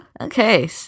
Okay